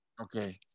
Okay